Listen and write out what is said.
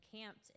camped